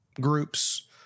groups